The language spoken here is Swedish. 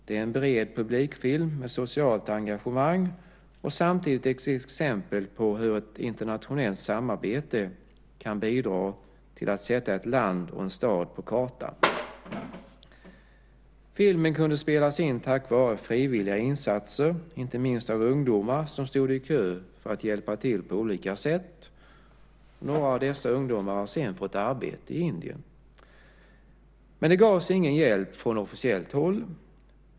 Det är en bred publikfilm med socialt engagemang och samtidigt ett exempel på hur ett internationellt samarbete kan bidra till att sätta ett land och en stad på kartan. Filmen kunde spelas in tack vare frivilliga insatser, inte minst av ungdomar som stod i kö för att hjälpa till på olika sätt. Några av de ungdomarna har sedan fått arbete i Indien. Men det gavs ingen hjälp från officiellt håll.